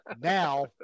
Now